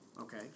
okay